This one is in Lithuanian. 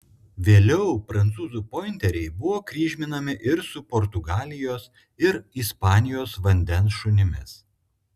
vėliau prancūzų pointeriai buvo kryžminami ir su portugalijos ir ispanijos vandens šunimis